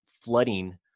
flooding